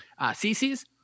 cc's